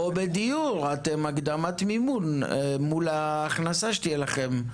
או בדיור, הקדמת מימון מול ההכנסה שתהיה לכם.